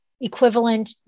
Equivalent